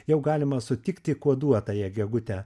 jau galima sutikti kuoduotąją gegutę